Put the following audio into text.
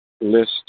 list